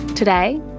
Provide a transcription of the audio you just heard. Today